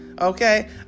Okay